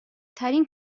ترین